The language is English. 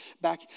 back